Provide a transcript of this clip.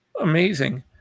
amazing